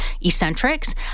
eccentrics